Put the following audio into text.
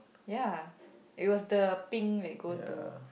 ya it was the pink like go to